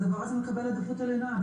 הדבר הזה מקבל עדיפות עליונה.